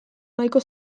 nahiko